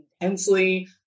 intensely